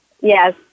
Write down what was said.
Yes